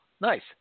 nice